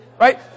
Right